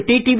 TTV